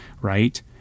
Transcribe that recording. right